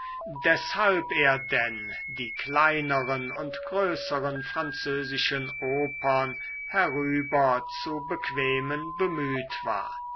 deshalb er denn die kleineren und größern französischen opern herüber zu bequemen bemüht war